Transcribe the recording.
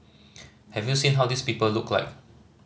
have you seen how these people look like